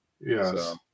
Yes